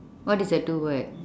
what is the two word